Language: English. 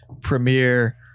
Premiere